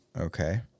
Okay